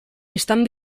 estan